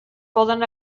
poden